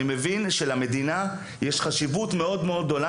אני מבין שלמדינה יש חשיבות מאוד גדולה